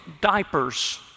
diapers